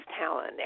talent